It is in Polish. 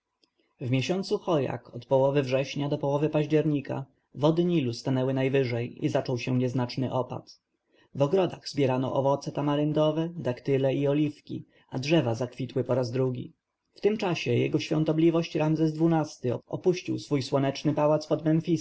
miesiącu choiak od połowy września do połowy października wody nilu stanęły najwyżej i zaczął się nieznaczny opad w ogrodach zbierano owoce tamaryndowe daktyle i oliwki a drzewa zakwitły po raz drugi w tym czasie jego świątobliwość ramzes xii-ty opuścił swój słoneczny pałac pod